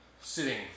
sitting